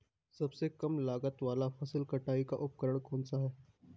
सबसे कम लागत वाला फसल कटाई का उपकरण कौन सा है?